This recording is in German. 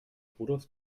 rudolf